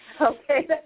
Okay